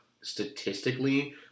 statistically –